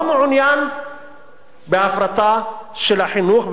לא מעוניין בהפרטה של החינוך,